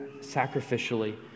sacrificially